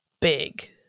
big